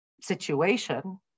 situation